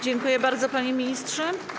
Dziękuję bardzo, panie ministrze.